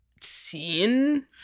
seen